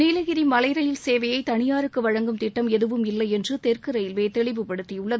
நீலகிரி மலை ரயில் சேவையை தனியாருக்கு வழங்கும் திட்டம் எதுவும் இல்லை என்று தெற்கு ரயில்வே தெளிவுபடுத்தியுள்ளது